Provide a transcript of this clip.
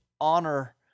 honor